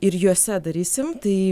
ir juose darysim tai